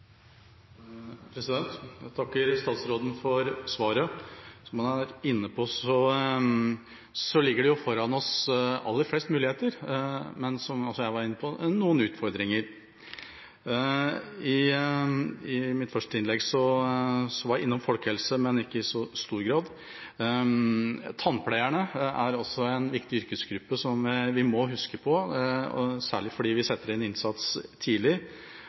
Jeg takker statsråden for svaret. Som han var inne på, ligger det foran oss flest muligheter, men, som også jeg var inne på, noen utfordringer. I mitt første innlegg var jeg innom folkehelse, men ikke i så stor grad. Tannpleierne er også en viktig yrkesgruppe som vi må huske på, særlig fordi vi setter inn innsats tidlig,